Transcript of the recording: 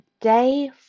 day